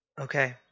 Okay